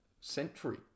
century